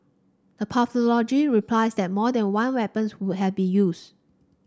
the pathologist replied that more than one weapon could have been used